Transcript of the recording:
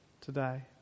today